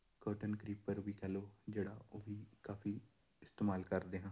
cotton creeper ਵੀ ਕਹਿ ਲਓ ਜਿਹੜਾ ਉਹ ਵੀ ਕਾਫੀ ਇਸਤੇਮਾਲ ਕਰਦੇ ਹਾਂ